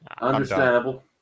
Understandable